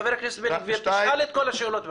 חבר הכנסת בן גביר, תשאל את כל השאלות בבקשה.